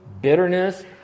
bitterness